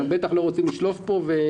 אנחנו בטח לא רוצים לשלוף פה.